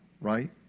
right